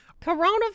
Coronavirus